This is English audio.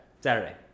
Saturday